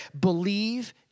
Believe